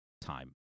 time